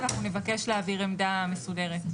אנחנו נבקש להעביר עמדה מסודרת.